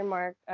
Mark